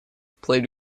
played